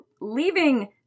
leaving